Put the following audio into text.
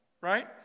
right